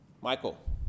Michael